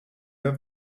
have